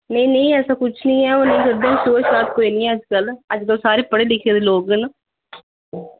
नेईं नेईं ऐसा कुछ नेईं ऐ ओह् नेईं करदे ना छूह्त छात कुछ नेईं ऐ अजकल अजकल सारे पढ़े लिखे दे लोक न